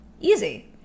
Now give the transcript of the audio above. Easy